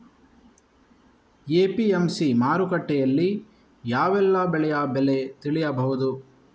APMC ಮಾರುಕಟ್ಟೆಯಲ್ಲಿ ಯಾವೆಲ್ಲಾ ಬೆಳೆಯ ಬೆಲೆ ತಿಳಿಬಹುದು?